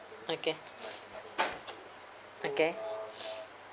okay okay